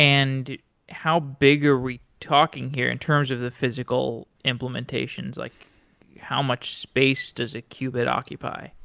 and how big are we talking here in terms of the physical implementations like how much space does a qubit occupy?